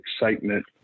excitement